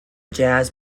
jazz